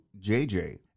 JJ